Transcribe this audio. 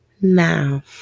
Now